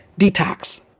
Detox